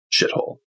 shithole